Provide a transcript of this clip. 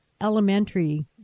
elementary